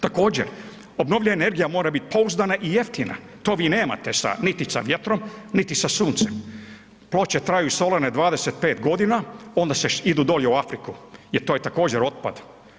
Također obnovljiva energija mora bit pouzdana i jeftina, to vi nemate sa niti sa vjetrom niti sa suncem, ploče traju solarne 25 godina, onda idu dolje u Afriku jer to je također otpad.